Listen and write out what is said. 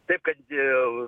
taip kad dėl